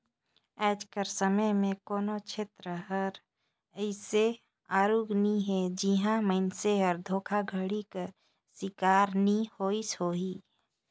आएज कर समे में कोनो छेत्र हर अइसे आरूग नी हे जिहां मइनसे हर धोखाघड़ी कर सिकार नी होइस होही